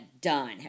done